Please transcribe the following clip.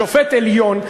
שופט עליון,